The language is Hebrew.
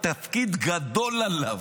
התפקיד גדול עליו.